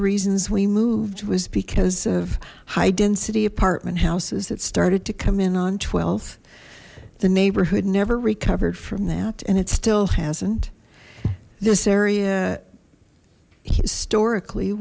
reasons we moved was because of high density apartment houses that started to come in on th the neighborhood never recovered from that and it still hasn't this area historically